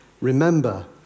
Remember